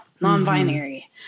non-binary